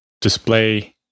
display